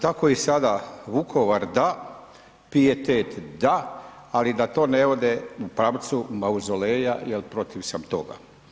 Tako i sada, Vukovar da, pijetet da, ali da to ne vode u pravcu mauzoleja jer protiv sam toga.